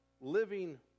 living